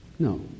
No